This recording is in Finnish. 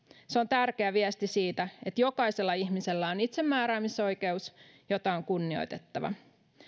se on tärkeä viesti siitä että jokaisella ihmisellä on itsemääräämisoikeus jota on kunnioitettava